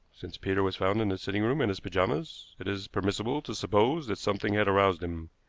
since peter was found in the sitting-room in his pajamas, it is permissible to suppose that something had aroused him.